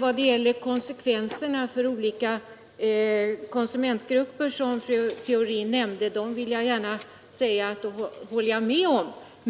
Vad gäller konsekvenserna för olika konsumentgrupper, som fru Theorin nämnde, vill jag gärna säga att detta håller jag med om.